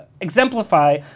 exemplify